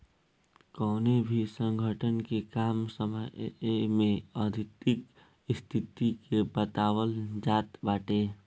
कवनो भी संगठन के कम समय में आर्थिक स्थिति के बतावल जात बाटे